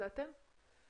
זה אתם?